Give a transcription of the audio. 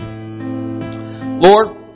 Lord